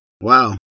Wow